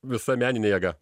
visa menine jėga